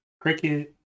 cricket